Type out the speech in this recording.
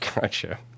Gotcha